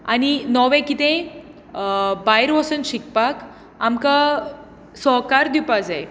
आनी नवें कितेंय भायर वचून शिकपाक आमकां सहकार दिवपा जाय